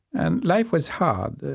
and life was hard.